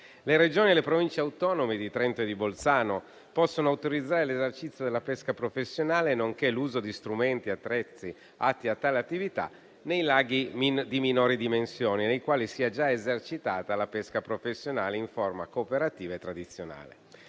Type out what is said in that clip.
Le Regioni e le Province autonome di Trento e di Bolzano possono autorizzare l'esercizio della pesca professionale, nonché l'uso di strumenti e attrezzi atti a tale attività nei laghi di minori dimensioni, nei quali sia già esercitata la pesca professionale in forma cooperativa e tradizionale.